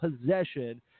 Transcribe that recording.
Possession